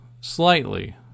slightly